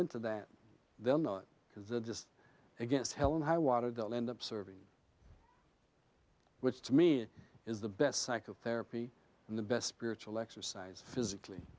into that they're not because they're just against hell and high water they'll end up serving which to me is the best psychotherapy and the best spiritual exercise physically